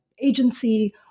agency